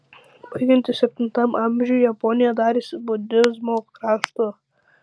baigiantis septintam amžiui japonija darėsi budizmo kraštu